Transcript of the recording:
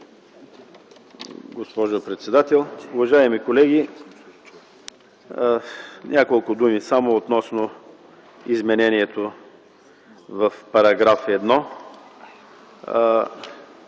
госпожо председател. Уважаеми колеги, няколко думи само относно изменението в § 1.